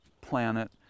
planet